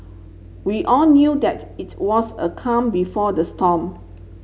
we all knew that its was a calm before the storm